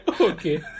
Okay